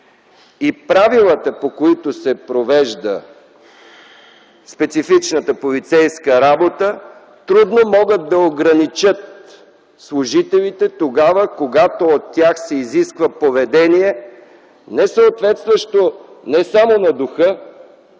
И правилата, по които се провежда специфичната полицейска работа, трудно могат да ограничат служителите тогава, когато от тях се изисква поведение, несъответстващо не само на духа,